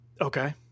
okay